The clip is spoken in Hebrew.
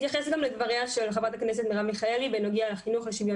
אתייחס גם לדבריה של חברת הכנסת מרב מיכאלי בנוגע לחינוך לשוויון